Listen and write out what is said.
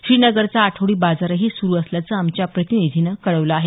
श्रीनगरचा आठवडी बाजारही सुरू असल्याचं आमच्या प्रतिनिधीनं कळवलं आहे